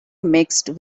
mixed